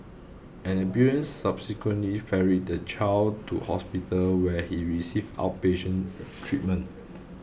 an ambulance subsequently ferried the child to hospital where he received outpatient treatment